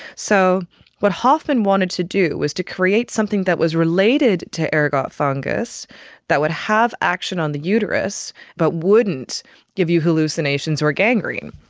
so what hofmann wanted to do was to create something that was related to ergot fungus that would have action on the uterus but wouldn't give you hallucinations or gangrene.